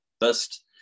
best